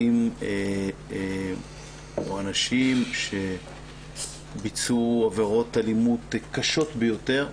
או אנשים שביצעו עבירות אלימות קשות ביותר.